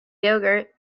yogurt